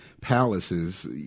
palaces